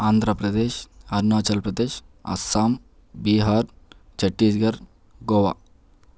Andhra Pradesh Arunachal Pradesh Assam Bihar Chhattisgarh Goa